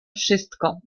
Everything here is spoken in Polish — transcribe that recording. wszystko